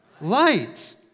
light